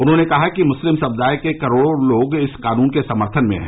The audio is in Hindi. उन्होंने कहा कि मुस्लिम समुदाय के करोड़ों लोग इस कानून के समर्थन में हैं